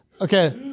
Okay